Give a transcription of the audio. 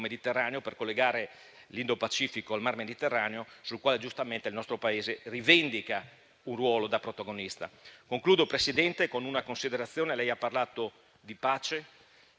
Indo-Mediterraneo per collegare l'Indo-Pacifico al mar Mediterraneo sul quale, giustamente, il nostro Paese rivendica un ruolo da protagonista. Concludo, Presidente, con una considerazione: lei ha parlato di pace,